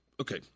okay